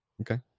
Okay